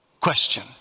question